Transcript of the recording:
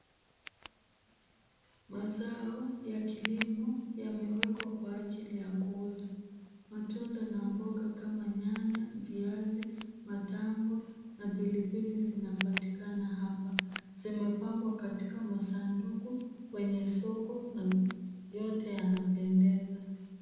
Mazao ya kilimo yamewekwa kwa ajili ya kuuza. Matunda na mboga kama nyanya, viazi, matango na pilipili zinapatikana hapa. Zimepangwa katika masanduku kwenye soko na yote yanapendeza.